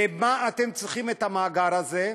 למה אתם צריכים את המאגר הזה,